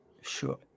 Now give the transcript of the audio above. sure